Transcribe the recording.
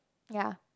ya